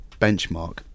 benchmark